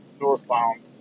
northbound